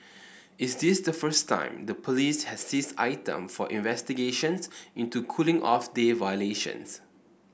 is this the first time the police has seized item for investigations into cooling off day violations